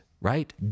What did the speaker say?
right